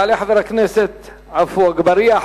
יעלה חבר הכנסת עפו אגבאריה,